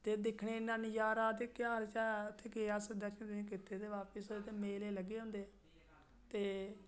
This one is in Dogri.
ते दिक्खने गी इन्ना नज़ारा ते केह् आखचै ते असें दर्शन कीते ते बाकी मेले लग्गे दे होंदे ते